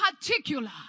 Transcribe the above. particular